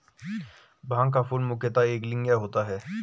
भांग का फूल मुख्यतः एकलिंगीय होता है